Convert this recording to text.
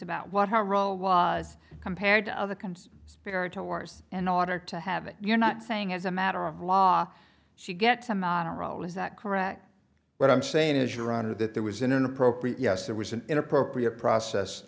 about what her role was compared to other comes spirital wars in order to have it you're not saying as a matter of law she gets them on a roll is that correct what i'm saying is your honor that there was an inappropriate yes there was an inappropriate process